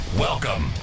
Welcome